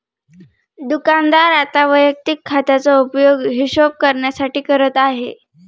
दुकानदार आता वैयक्तिक खात्याचा उपयोग हिशोब करण्यासाठी करत आहे